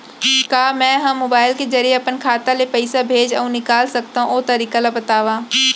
का मै ह मोबाइल के जरिए अपन खाता ले पइसा भेज अऊ निकाल सकथों, ओ तरीका ला बतावव?